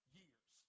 years